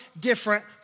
different